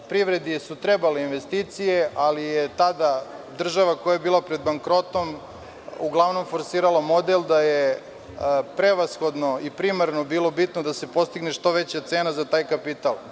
Privredi su trebale investicije, ali tada je država koja je bila pred bankrotom uglavnom forsirala model da je prevashodno i primarno bilo bitno da se postigne što veća cena za taj kapital.